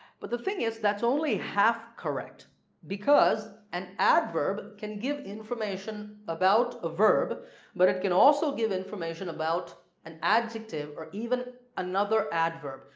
but the thing is that's only half correct because an adverb can give information about a verb but it can also give information about an adjective or even another adverb.